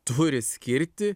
turi skirti